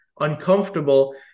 uncomfortable